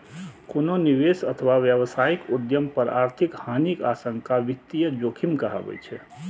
कोनो निवेश अथवा व्यावसायिक उद्यम पर आर्थिक हानिक आशंका वित्तीय जोखिम कहाबै छै